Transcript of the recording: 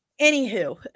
anywho